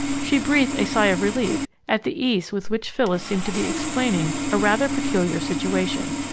she breathed a sigh of relief at the ease with which phyllis seemed to be explaining a rather peculiar situation.